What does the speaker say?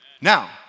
Now